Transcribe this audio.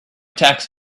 tax